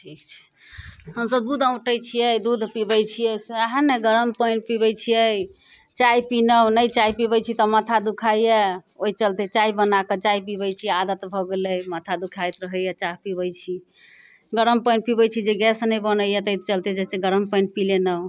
ठीक छै हमसभ दूध अँउटै छियै दूध पिबै छियै सेहे ने गरम पानि पिबै छियै चाय पिनौ नै चाय पिबै छियै तऽ माथा दुखाइए ओइ चलते चाय बनाकऽ चाय पिबै छी आदत भऽ गेल अइ माथा दुखाइत रहैए चाह पिबै छी गरम पानि पिबै छी जे गैस नहि बनैए तै चलते जे गरम पानि पी लेनहुँ